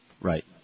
Right